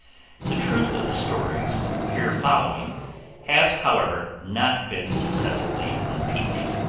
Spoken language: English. the truth of the stories here following has, however, not been successfully impeached.